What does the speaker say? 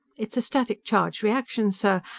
it's a static-charge reaction, sir,